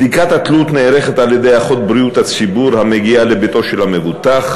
בדיקת התלות נערכת על-ידי אחות בריאות הציבור המגיעה לביתו של המבוטח